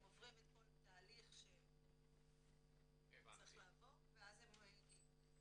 הם עוברים את כל התהליך שצריך לעבור ואז הם מגיעים אלינו.